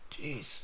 Jeez